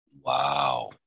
Wow